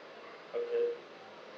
okay